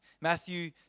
Matthew